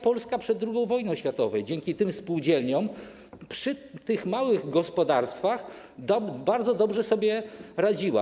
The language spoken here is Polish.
Polska przed II wojną światową dzięki spółdzielniom przy tych małych gospodarstwach bardzo dobrze sobie radziła.